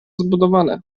zabudowane